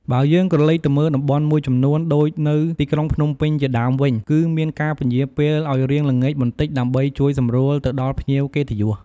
បើយើងក្រឡេកទៅមើលតំបន់មួយចំនួន ដូចនៅទីក្រុងភ្នំពេញជាដើមវិញ គឺមានការពន្យារពេលឲ្យរៀងល្ងាចបន្តិច ដើម្បីជួយសម្រួលទៅដល់ភ្ញៀវកិត្តិយស។